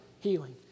healing